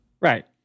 Right